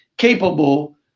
capable